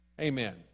Amen